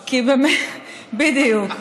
בדיוק.